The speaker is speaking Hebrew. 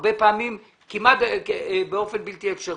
הרבה פעמים כמעט באופן בלתי אפשרי,